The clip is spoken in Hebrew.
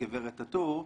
בגברת טאטור,